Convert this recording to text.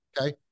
Okay